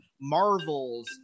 Marvel's